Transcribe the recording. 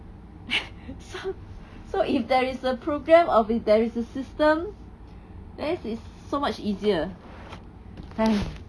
so so if there is a program or there is a system then is so much easier !hais!